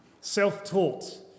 self-taught